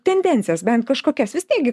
tendencijas bent kažkokias vis tiek gi